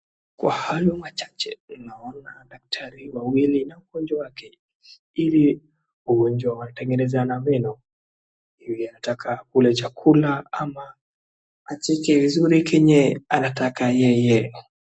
Kwa hayo machache, tunaona daktari wawili na mgonjwa wake, ili mgonjwa atengenezwa meno, hivyo anataka akule chakula ama acheke vizuri kenye anataka yeye.